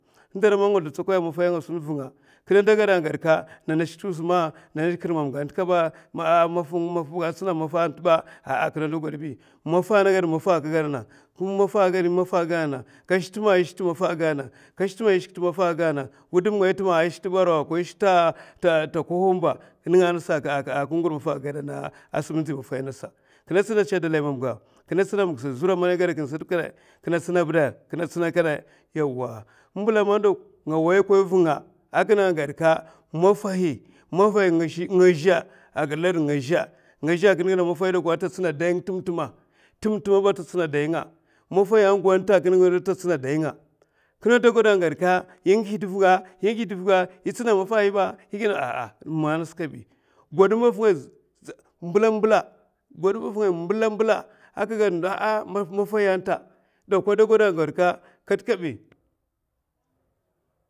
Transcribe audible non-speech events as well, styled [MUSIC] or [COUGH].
N'dara man nga zlotsokoya anga mafay anga sun vunga, kine da gaɓ nasa ye sun ngas èi nana ashik te wusma, nasa kirmamga nasa kaba, [HESITATION] maffa kat ma, [HESITATION] atsina mafa anta ba. ashik te mafa anta akine da gwaɓ bi, mafa nagad maffa aka gadana. ye shik te mafa nagad halau aka gaɓana, ye shik tema ye te barawa ko te koghum ba, nenga'a nasa asam ndzi ngur mafa anasa. kine tsina kede dalay mamga, kine tsina ma ga sa zura kede, n'dara. man nga zlotsokoya anga mafay. Mafahi nga zhe agid larda ngazhe ata tsina dayi nga tem- tema, kine do goɓa [HESITATION] ye ngih de vuga, [HESITATION] ye tsina dayi maffa ayba. ahh gwad dayi mafa sa zura, gwaɓ dayi maffa mbela mbela maffa mbela mbela ata gwaɓka mafay anta. kada gwaɓ aka gwaɓka katkaèi.